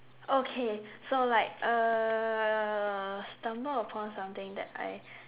okay so like uh stumble upon something that I